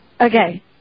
Okay